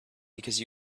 because